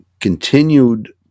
continued